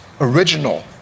original